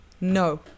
No